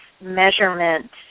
measurement